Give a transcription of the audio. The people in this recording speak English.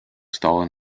stalin